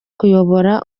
kuyobora